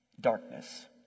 darkness